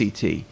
CT